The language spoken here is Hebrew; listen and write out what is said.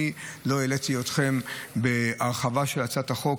אני לא הלאיתי אתכם בהרחבה על הצעת החוק.